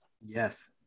Yes